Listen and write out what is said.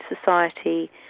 society